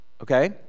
okay